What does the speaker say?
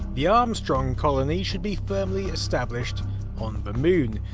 the armstrong colony should be firmly established on the moon.